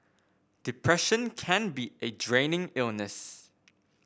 depression can be a draining illness